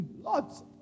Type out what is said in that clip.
Lots